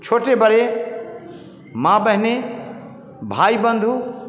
छोटे बड़े माँ बहनें भाई बंधु